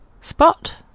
spot